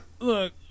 Look